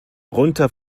runter